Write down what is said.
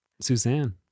Suzanne